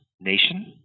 nation